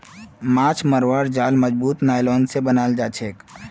माछ मरवार जाल मजबूत नायलॉन स बनाल जाछेक